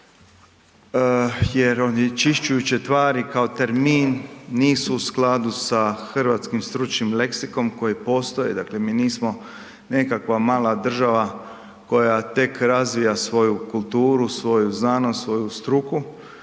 jer onečišćujuće tvari kao termin nisu u skladu sa hrvatskim stručnim leksikom koji postoji, dakle mi nismo nekakva mala država koja tek razvija svoju kulturu, svoju znanost, svoju struku,